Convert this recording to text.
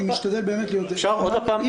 אני משתדל באמת להיות --- אפשר עוד הפעם,